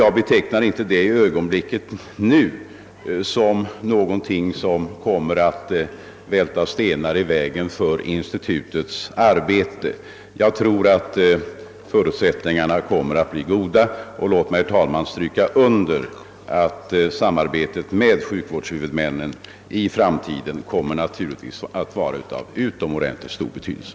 Jag hyser den uppfattningen att den ordning som nu föreslås inte kommer att välta stenar i vägen för institutets arbete. Jag tror att förutsättningarna kommer att bli goda. Låt mig, herr talman, stryka under att samarbetet med sjukvårdshuvudmännen naturligtvis i framtiden kommer att vara av utomordentligt stor betydelse.